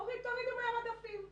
אומרים תורידו מהמדפים.